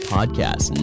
Podcast